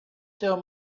till